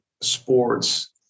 sports